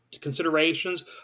considerations